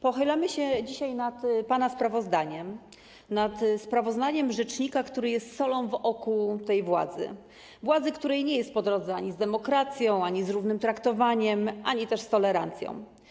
Pochylamy się dzisiaj nad pana sprawozdaniem, nad sprawozdaniem rzecznika, który jest solą w oku tej władzy, której nie jest po drodze ani z demokracją, ani z równym traktowaniem, ani też z tolerancją.